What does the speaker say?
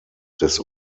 des